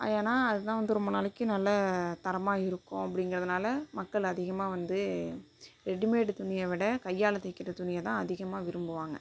அது ஏன்னா அது தான் வந்து ரொம்ப நாளைக்கு நல்ல தரமாக இருக்கும் அப்படிங்கிறதுனால மக்கள் அதிகமாக வந்து ரெடிமேடு துணியை விட கையால் தைக்கிற துணியை தான் அதிகமாக விரும்புவாங்கள்